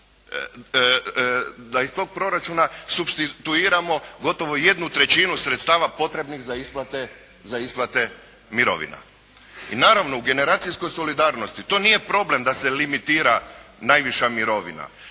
da iz tog proračuna supstituiramo gotovo jednu trećinu sredstava potrebnih za isplate mirovina. I naravno u generacijskoj solidarnosti to nije problem da se limitira najviša mirovina